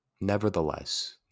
nevertheless